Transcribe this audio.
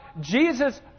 Jesus